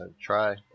Try